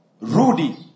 Rudy